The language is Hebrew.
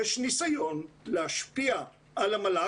יש ניסיון להשפיע על המל"ג,